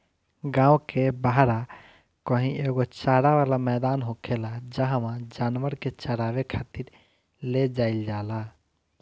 गांव के बाहरा कही एगो चारा वाला मैदान होखेला जाहवा जानवर के चारावे खातिर ले जाईल जाला